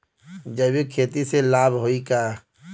जैविक खेती से लाभ होई का?